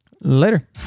later